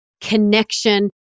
connection